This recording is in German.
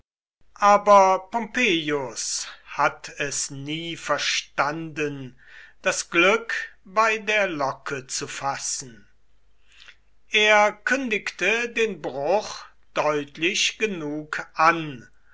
aber pompeius hat es nie verstanden das glück bei der locke zu fassen er kündigte den bruch deutlich genug an